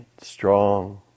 strong